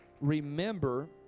remember